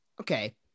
Okay